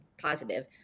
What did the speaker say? positive